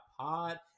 pod